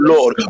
Lord